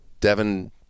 Devin